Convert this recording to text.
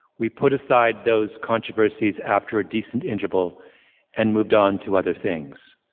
we put aside those controversies after a decent interval and moved on to other things.